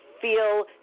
feel